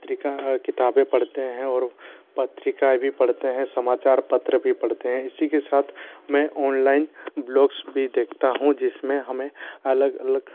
पत्रिका किताबें पढ़ते हैं और पत्रिकाऍं भी पढ़ते हैं समाचार पत्र भी पढ़ते हैं इसी के साथ मैं ऑनलाइन ब्लॉक्स भी देखता हूँ जिस में हमें अलग अलग